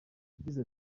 yagize